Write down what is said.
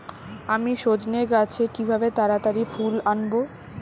আমি সজনে গাছে কিভাবে তাড়াতাড়ি ফুল আনব?